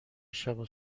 شبو